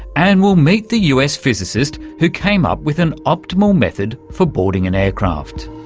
and we'll meet the us physicist who came up with an optimal method for boarding an aircraft.